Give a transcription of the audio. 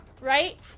Right